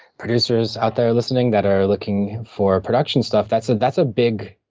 producers out there listening that are looking for production stuff, that's ah that's a big,